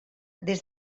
des